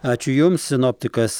ačiū jums sinoptikas